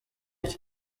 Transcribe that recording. iki